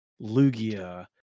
Lugia